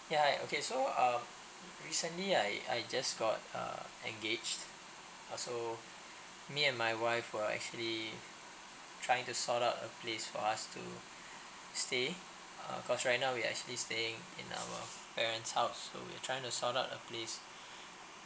ya hi okay so um recently I I just got uh engaged uh so me and my wife were actually trying to sort out a place for us to stay uh cause right now we actually staying in our parent's house so we're trying to sort out a place